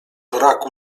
raku